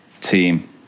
team